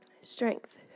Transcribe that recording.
Strength